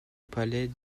palais